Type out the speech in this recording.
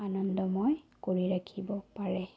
আনন্দময় কৰি ৰাখিব পাৰে